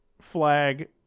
flag